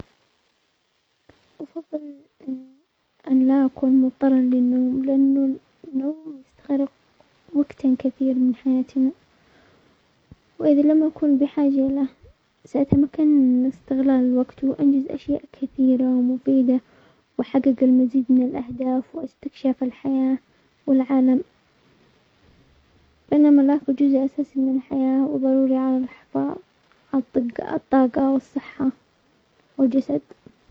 افضل ان لا اكون مضطرا للنوم، لانه النوم يستغرق وقتا كثير من حياتنا، واذا لم اكن بحاجة له ساتمكن من استغلال الوقت وانجز اشياء كثيرة ومفيدة واحقق المزيد من الاهداف واستكشف الحياة والعالم، بينما الاكل جزء اساسي من الحياة وضروري على الحفاظ على الط-الطاقة والصحة والجسد.